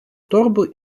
торбу